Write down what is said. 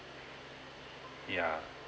yeah